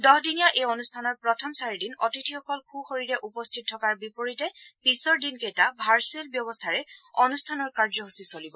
দহদিনীয়া এই অনুষ্ঠানৰ প্ৰথম চাৰিদিন অতিথিসকল সোঁশৰীৰে উপস্থিত থকাৰ বিপৰীতে পিছৰ দিনকেইটা ভাৰ্চুৱেল ব্যৱস্থাৰে অনুষ্ঠানৰ কাৰ্যসূচী চলিব